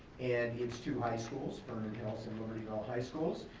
and its two high schools, vernon hills and libertyville high schools.